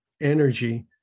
energy